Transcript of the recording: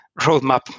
roadmap